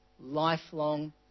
lifelong